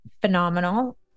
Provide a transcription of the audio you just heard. phenomenal